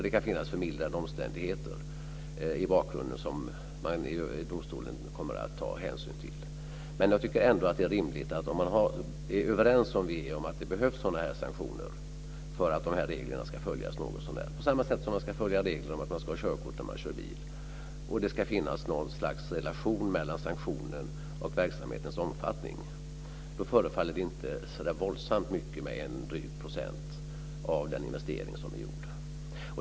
Det kan finnas förmildrande omständigheter i bakgrunden som domstolen kommer att ta hänsyn till. Vi är ju överens om att det behövs sanktioner för att reglerna ska följas något så när, ungefär på samma sätt som man ska följa regeln att man ska körkort när man kör bil, och att det ska finnas något slags relation mellan sanktionen och verksamhetens omfattning. Då förefaller det inte så våldsamt mycket med drygt 1 % av den investering som är gjord.